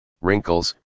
wrinkles